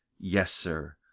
yes, sir,